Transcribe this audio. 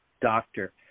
doctor